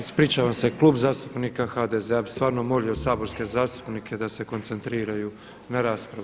Ispričavam se, Klub zastupnika HDZ-a ja bih stvarno molio saborske zastupnike da se koncentriraju na raspravu.